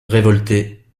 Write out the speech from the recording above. révoltés